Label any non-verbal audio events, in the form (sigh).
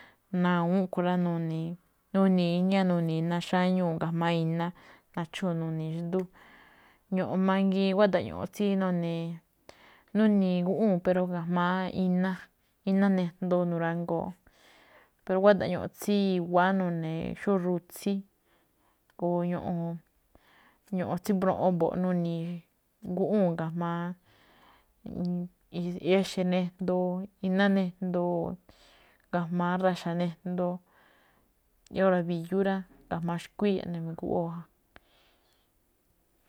Ná awúún a̱ꞌkhue̱n rá, nuni̱i̱, nuni̱i̱ iñá ná xáñuu̱ ga̱jma̱á iná, nachúu̱n nuni̱i̱ xndú. Ño̱ꞌo̱n mangiin guáda̱ꞌ ño̱ꞌo̱n tsí none̱, nuni̱i̱ guꞌwúu̱n pero ga̱jma̱á iná, iná nejndoo nurangoo̱. Pero guáda̱ꞌ ño̱ꞌo̱n tsí i̱wa̱á nune̱, xó ru̱tsí o ño̱ꞌo̱n, ño̱ꞌo̱n tsí mbro̱ꞌo̱n mbo̱ꞌ, nuni̱i̱ guꞌwúu̱n ga̱jma̱á (hesitation) exe̱ nijndoo, iná nijndoo, ga̱jma̱á ra̱xa̱ nejndoo. Óra̱ mbi̱yú rá, ga̱jma̱á xkuíya̱ eꞌne guꞌwóo ja.